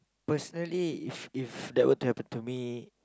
personally if if that were to happen to me